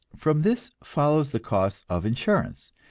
from this follows the costs of insurance,